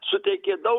suteikė daug